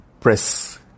press